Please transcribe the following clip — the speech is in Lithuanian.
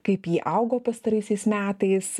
kaip ji augo pastaraisiais metais